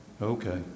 Okay